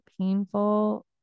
painful